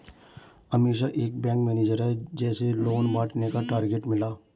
अमीषा एक bank manager है जिसे लोन बांटने का टारगेट मिला